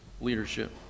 leadership